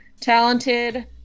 Talented